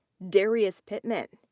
darius pittman.